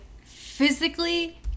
physically